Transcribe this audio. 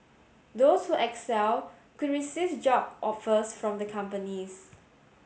those who excel could receive job offers from the companies